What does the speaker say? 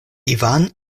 ivan